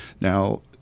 Now –